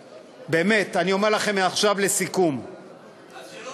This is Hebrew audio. באמת, אני אומר לכם עכשיו לסיכום, אז שלא